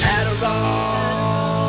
Adderall